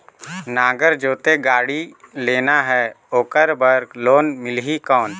नागर जोते गाड़ी लेना हे ओकर बार लोन मिलही कौन?